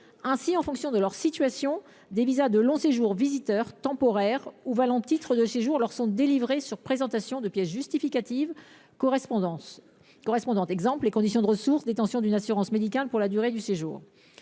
Ainsi, en fonction de leur situation, des visas de long séjour visiteurs temporaires ou valant titres de séjour leur sont délivrés sur présentation des pièces justificatives correspondantes – conditions de ressources ou détention d’une assurance médicale pour la durée du séjour,